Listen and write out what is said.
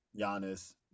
Giannis